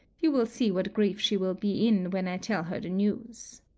you will see what grief she will be in when i tell her the news.